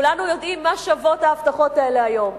כולנו יודעים מה שוות ההבטחות האלה היום.